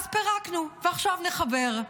אז פירקנו, ועכשיו נחבר.